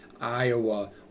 Iowa